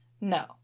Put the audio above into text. No